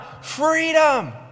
Freedom